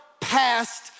past